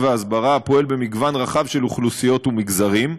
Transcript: וההסברה הפועל במגוון רחב של אוכלוסיות ומגזרים,